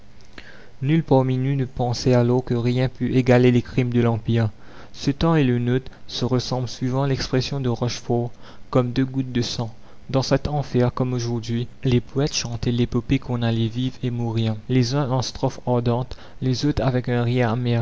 nul parmi nous ne pensait alors que rien pût égaler les crimes de l'empire ce temps et le nôtre se ressemblent suivant l'expression de rochefort comme deux gouttes de sang dans cet enfer comme aujourd'hui les poètes chantaient l'épopée qu'on allait vivre et mourir les uns en strophes ardentes les autres avec un rire